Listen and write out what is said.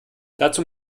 dazu